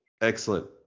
Excellent